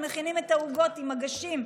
הם מכינים את העוגות עם מגשים,